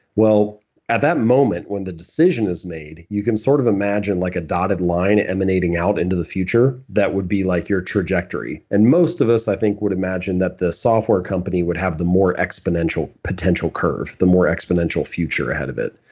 at that moment when the decision is made, you can sort of imagine like a dotted line emanating out into the future that would be like your trajectory. and most of us i think would imagine that the software company would have the more exponential potential curve the more exponential future ahead of it.